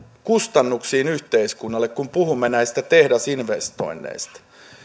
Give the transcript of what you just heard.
kustannuksiin yhteiskunnalle kun puhumme näistä tehdasinvestoinneista